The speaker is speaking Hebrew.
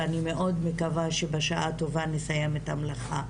ואני מאוד מקווה שבשעה טובה נסיים את המלאכה,